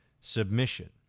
submission